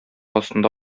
астында